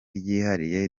ryihariye